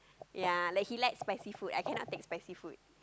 ya like he like spicy food I cannot take spicy food